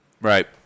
Right